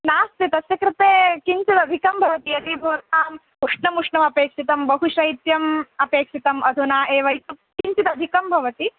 नास्ति तस्य कृते किञ्चित् अधिकं भवति यदि भवताम् उष्णम् उष्णम् अपेक्षितं बहु शैत्यम् अपेक्षितं अधुना एव इत्युक्तौ किञ्चित् अधिकं भवति